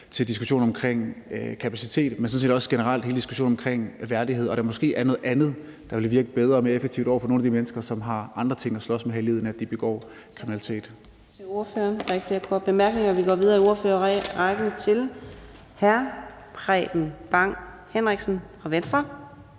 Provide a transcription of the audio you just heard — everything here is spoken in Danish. set også generelt i forhold til hele diskussionen omkring værdighed og omkring, at der måske er noget andet, der ville virke bedre og mere effektivt over for nogle af de mennesker, som har andre ting at slås med her i livet, end at de begår kriminalitet.